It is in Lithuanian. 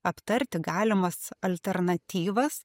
aptarti galimas alternatyvas